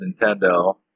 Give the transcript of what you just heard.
Nintendo